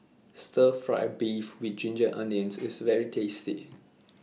Stir Fry Beef with Ginger Onions IS very tasty